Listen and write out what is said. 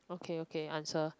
okay okay answer